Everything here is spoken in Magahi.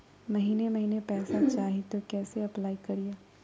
महीने महीने पैसा चाही, तो कैसे अप्लाई करिए?